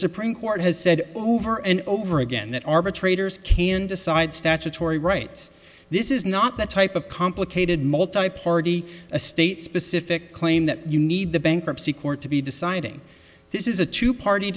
supreme court has said over and over again that arbitrator's can decide statutory rights this is not the type of complicated multiparty a state specific claim that you need the bankruptcy court to be deciding this is a two party